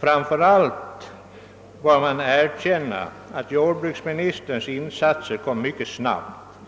Framför allt bör man erkänna att jordbruksministerns insatser kom mycket snabbt.